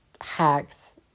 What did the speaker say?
hacks